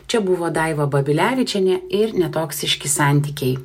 čia buvo daivą babilevičienė ir netoksiški santykiai